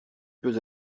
peux